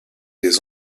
des